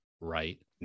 right